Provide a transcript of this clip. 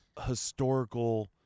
historical